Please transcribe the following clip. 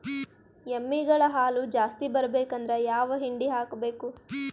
ಎಮ್ಮಿ ಗಳ ಹಾಲು ಜಾಸ್ತಿ ಬರಬೇಕಂದ್ರ ಯಾವ ಹಿಂಡಿ ಹಾಕಬೇಕು?